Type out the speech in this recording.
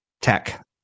tech